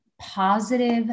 positive